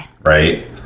Right